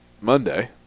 Monday